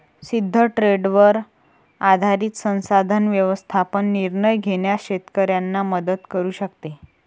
सिद्ध ट्रेंडवर आधारित संसाधन व्यवस्थापन निर्णय घेण्यास शेतकऱ्यांना मदत करू शकते